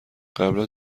قبلا